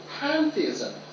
pantheism